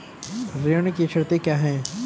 ऋण की शर्तें क्या हैं?